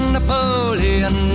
Napoleon